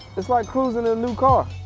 it's like cruising in a new car.